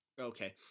Okay